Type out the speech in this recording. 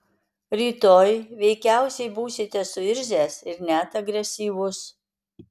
rytoj veikiausiai būsite suirzęs ir net agresyvus